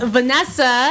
Vanessa